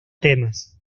temas